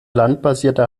landbasierte